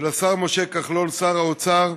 ולשר משה כחלון, שר האוצר,